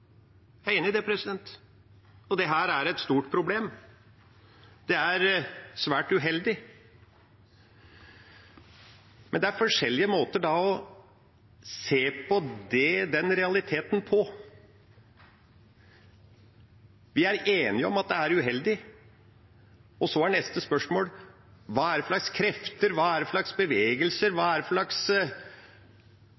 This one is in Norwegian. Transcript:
Jeg er enig i det, og dette er et stort problem. Det er svært uheldig. Men det er forskjellige måter å se på den realiteten på. Vi er enige om at det er uheldig, og så er neste spørsmål: Hva er det for slags krefter, hva er det for slags bevegelser, hva